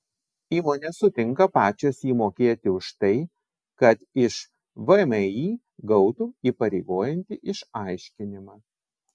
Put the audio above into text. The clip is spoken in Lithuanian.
įmonės sutinka pačios jį mokėti už tai kad iš vmi gautų įpareigojantį išaiškinimą